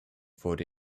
wurde